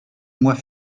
mois